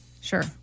Sure